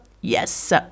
Yes